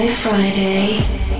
Friday